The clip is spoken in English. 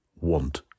want